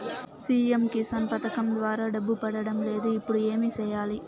CM Kisan పథకం ద్వారా డబ్బు పడడం లేదు ఇప్పుడు ఏమి సేయాలి